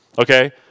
Okay